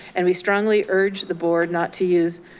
and we strongly urge the board not to use,